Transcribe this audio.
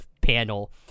panel